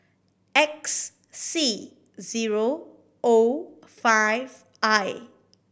X C zero O five I